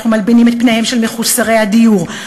אנחנו מלבינים את פניהם של מחוסרי הדיור,